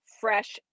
fresh